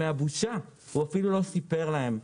בגלל הבושה הוא אפילו לא סיפר להם.